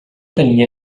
tenia